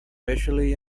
racially